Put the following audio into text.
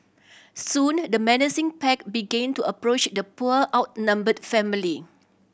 soon the menacing pack begin to approach the poor outnumbered family